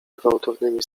gwałtownymi